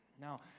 Now